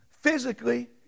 physically